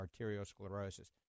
arteriosclerosis